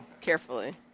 Carefully